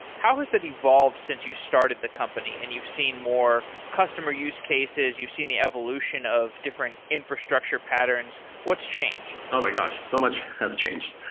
how has that evolved since you started the company and you've seen more customer use cases, you've seen the evolution of different infrastructure patterns. what's changed? oh my gosh! so much has changed.